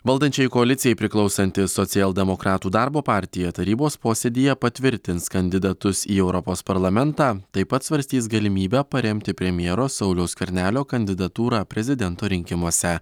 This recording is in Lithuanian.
valdančiajai koalicijai priklausanti socialdemokratų darbo partija tarybos posėdyje patvirtins kandidatus į europos parlamentą taip pat svarstys galimybę paremti premjero sauliaus skvernelio kandidatūrą prezidento rinkimuose